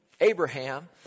Abraham